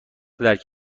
درک